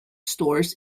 stores